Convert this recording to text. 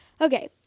Okay